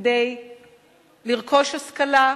כדי לרכוש השכלה,